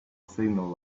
signal